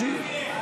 תשמע.